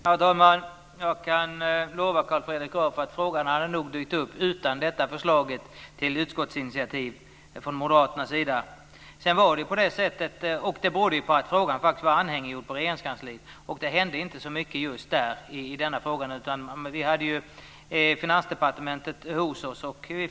Herr talman! Jag kan lova Carl Fredrik Graf att frågan nog hade dykt upp utan detta förslag till utskottsinitiativ från moderaternas sida. Det beror på att frågan var anhängiggjord på Regeringskansliet. Det hände inte så mycket där, utan vi fick en föredragning från företrädare från Finansdepartementet.